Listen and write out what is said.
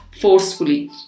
forcefully